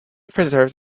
preserves